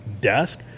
desk